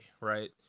right